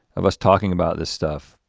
of us talking about this stuff,